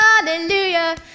Hallelujah